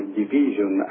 division